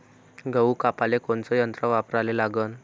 गहू कापाले कोनचं यंत्र वापराले लागन?